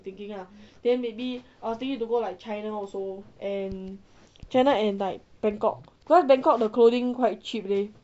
thinking lah then maybe I was thinking to go like china also and china and like bangkok cause bangkok the clothing quite cheap leh